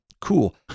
Cool